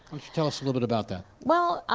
tell us a little bit about that. well,